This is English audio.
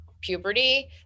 puberty